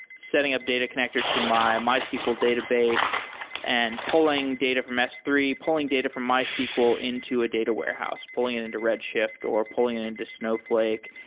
setting up data connector to my mysql database and pulling data from s three, pulling data from mysql into a data warehouse. pulling it into red shift or pulling into snowfl ake,